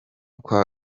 kwa